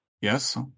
yes